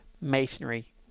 masonry